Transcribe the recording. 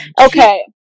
Okay